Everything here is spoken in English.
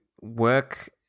work